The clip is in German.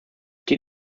geht